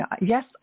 Yes